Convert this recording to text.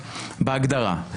בהגדרה.